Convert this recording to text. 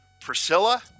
Priscilla